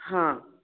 हां